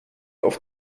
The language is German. auf